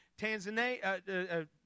Tanzania